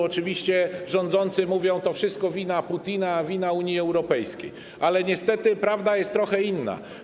Oczywiście rządzący mówią: to wszystko wina Putina, wina Unii Europejskiej, ale niestety prawda jest trochę inna.